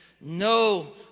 no